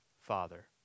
father